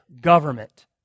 government